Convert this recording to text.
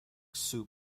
soup